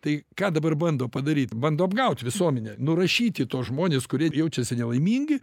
tai ką dabar bando padaryt bando apgaut visuomenę nurašyti tuos žmones kurie jaučiasi nelaimingi